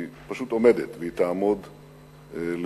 היא פשוט עומדת והיא תעמוד לדורות.